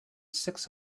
six